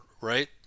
right